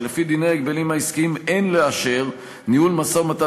שלפי דיני ההגבלים העסקיים אין לאשר ניהול משא-ומתן